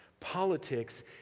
Politics